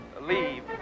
leave